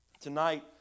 tonight